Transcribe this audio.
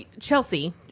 chelsea